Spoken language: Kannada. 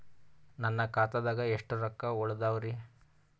ನನ್ನ ಖಾತಾದಾಗ ಎಷ್ಟ ರೊಕ್ಕ ಉಳದಾವರಿ?